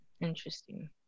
Interesting